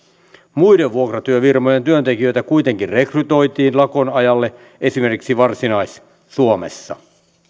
muiden vuokratyöfirmojen työntekijöitä kuitenkin rekrytoitiin lakon ajalle esimerkiksi varsinais suomessa